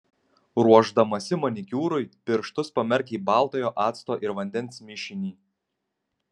ruošdamasi manikiūrui pirštus pamerk į baltojo acto ir vandens mišinį